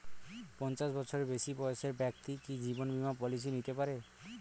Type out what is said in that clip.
পঞ্চাশ বছরের বেশি বয়সের ব্যক্তি কি জীবন বীমা পলিসি নিতে পারে?